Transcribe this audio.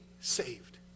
saved